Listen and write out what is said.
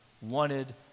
wanted